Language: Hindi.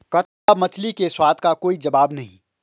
कतला मछली के स्वाद का कोई जवाब नहीं